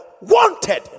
wanted